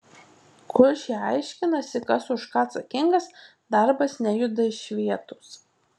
kol šie aiškinasi kas už ką atsakingas darbas nejuda iš vietos